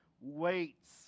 waits